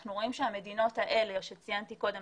אנחנו רואים שהמדינות האלה שציינתי קודם,